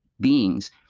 beings